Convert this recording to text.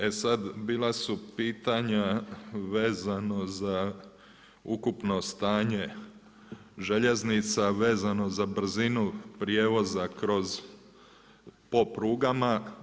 E sad, bila su pitanja vezano za ukupno stanje željeznica vezano za brzinu prijevoza kroz, po prugama.